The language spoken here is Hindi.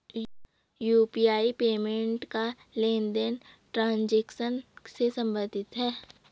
यू.पी.आई पेमेंट का लेनदेन ट्रांजेक्शन से सम्बंधित है